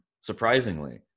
surprisingly